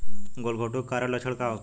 गलघोंटु के कारण लक्षण का होखे?